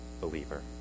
believer